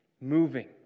moving